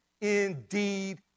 indeed